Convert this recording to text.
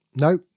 No